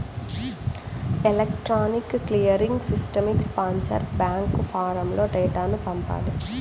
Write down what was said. electronic clearing సిస్టమ్కి sponsor bank ఫారమ్లో డేటాను పంపాలి